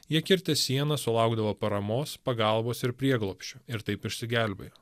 jie kirtę sieną sulaukdavo paramos pagalbos ir prieglobsčio ir taip išsigelbėjo